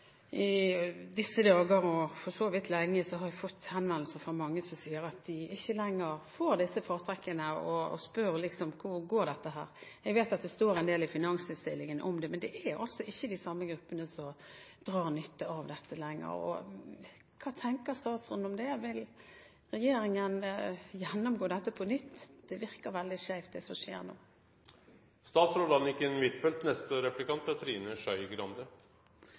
går. Jeg vet at det står en del i finansinnstillingen om det, men det er altså ikke de samme gruppene som drar nytte av dette lenger. Hva tenker statsråden om det? Vil regjeringen gjennomgå dette på nytt? Det virker veldig skjevt, det som skjer nå. Når det gjelder særfradraget, er